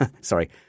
sorry